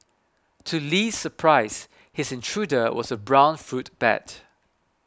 to Li's surprise his intruder was a brown fruit bat